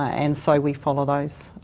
and so we follow those